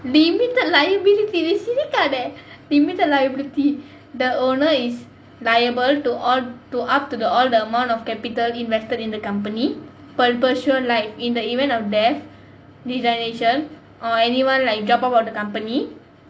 limited liability சிரிக்காதே:sirikaathae limited liability the owner is liable to all to up to the all the amount of capital invested in the company perpetual like in the event of death resignation or anyone like drop out of the company